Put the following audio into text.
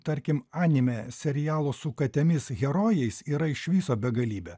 tarkim anime serialo su katėmis herojais yra iš viso begalybė